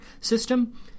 system